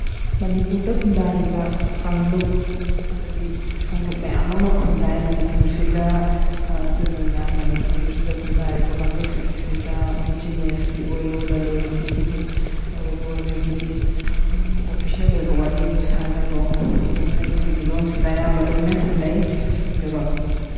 ꯃꯅꯤꯄꯨꯔꯗ ꯈꯨꯟꯗꯥꯔꯤꯕ ꯀꯥꯡꯂꯨꯞ ꯍꯥꯏꯕꯗꯤ ꯀꯥꯡꯂꯨꯞ ꯃꯌꯥꯝ ꯑꯃ ꯈꯨꯟꯗꯥꯏ ꯃꯅꯤꯄꯨꯔꯁꯤꯗ ꯑꯗꯨꯗꯨꯅ ꯃꯅꯤꯄꯨꯔꯁꯤꯗ ꯈꯨꯟꯗꯥꯔꯤꯕ ꯀꯥꯡꯂꯨꯞꯁꯤꯡꯁꯤꯗ ꯕꯤꯖꯤꯅꯦꯁꯀꯤ ꯑꯣꯏꯔꯣ ꯂꯂꯣꯟ ꯏꯇꯤꯛꯀꯤꯕꯨ ꯑꯣꯏꯔꯣ ꯑꯗꯒꯤꯗꯤ ꯑꯣꯐꯤꯁꯦꯜ ꯑꯣꯏꯕ ꯋꯥꯔꯤꯕꯨ ꯁꯥꯟꯅꯔꯣ ꯑꯗꯨꯅ ꯃꯅꯤꯄꯨꯔꯒꯤ ꯂꯣꯟꯁꯤꯗ ꯑꯌꯥꯝꯕ ꯂꯣꯏꯅ ꯁꯥꯟꯅꯩ ꯑꯗꯨꯒ